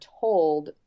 told